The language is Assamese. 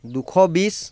দুশ বিছ